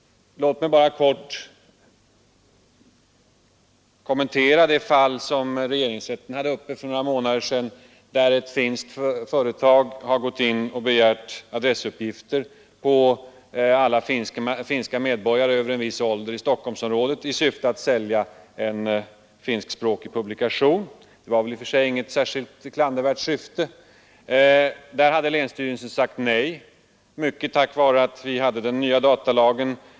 Låt mig här bara helt kort kommentera ett fall som regeringsrätten behandlade för några månader sedan, där ett finskt företag hade inkommit med en begäran om adressuppgifter på alla finska medborgare över en viss ålder i Stockholmsområdet. Meningen var att sälja en finskspråkig publikation, och det var ju i och för sig inte något klandervärt syfte. Där hade länsstyrelsen sagt nej, hänvisande till den nya datalagen.